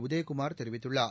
உதயகுமார் தெரிவித்துள்ளார்